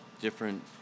different